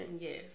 Yes